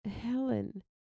Helen